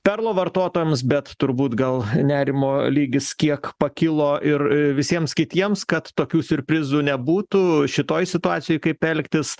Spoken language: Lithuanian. perlo vartotojams bet turbūt gal nerimo lygis kiek pakilo ir visiems kitiems kad tokių siurprizų nebūtų šitoj situacijoj kaip elgtis